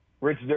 Rich